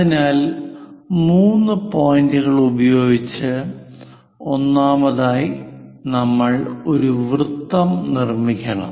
അതിനാൽ മൂന്ന് പോയിന്റുകൾ ഉപയോഗിച്ച് ഒന്നാമതായി നമ്മൾ ഒരു വൃത്തം നിർമ്മിക്കണം